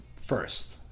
first